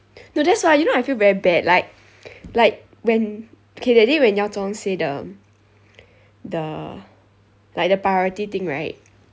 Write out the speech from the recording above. no that's why you know I feel very bad like like when okay that day when yao zhong say the the like the priority thing right